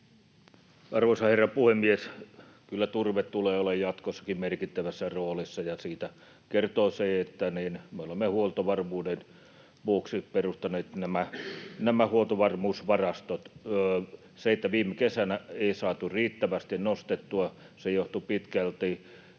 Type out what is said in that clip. Arvoisa herra puhemies! Kyllä turve tulee olemaan jatkossakin merkittävässä roolissa, ja siitä kertoo se, että me olemme huoltovarmuuden vuoksi perustaneet nämä huoltovarmuusvarastot. Se, että viime kesänä ei saatu riittävästi nostettua, johtui pitkälti